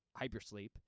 hypersleep